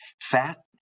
fat